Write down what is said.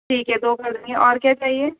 ٹھیک ہے دو کر دینی اور کیا چاہیے